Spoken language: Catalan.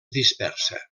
dispersa